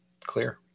clear